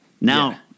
now